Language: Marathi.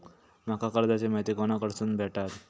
माका कर्जाची माहिती कोणाकडसून भेटात?